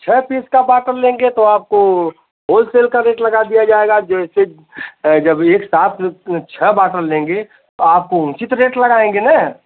छः पीस का बॉटल लेंगे तो आपको होलसेल का रेट लगा दिया जाएगा जैसे जब एक साथ छः बॉटल लेंगे आपको उचित रेट लगाएंगे न